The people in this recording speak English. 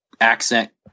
accent